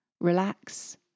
Relax